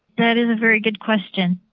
that is a very good question.